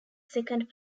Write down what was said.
second